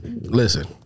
Listen